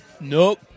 Nope